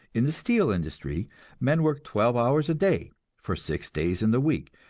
in the steel industry men work twelve hours a day for six days in the week,